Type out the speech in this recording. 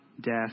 death